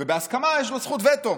"בהסכמה" יש לו זכות וטו.